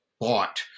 bought